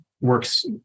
works